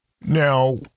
Now